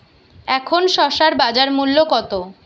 এখন শসার বাজার মূল্য কত?